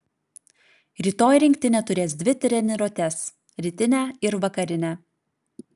rytoj rinktinė turės dvi treniruotes rytinę ir vakarinę